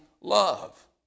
love